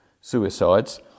suicides